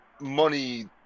money